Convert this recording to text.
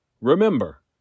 Remember